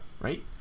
right